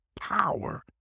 power